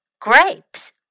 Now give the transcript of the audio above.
grapes